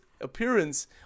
appearance